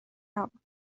نبود